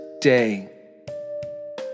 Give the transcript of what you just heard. day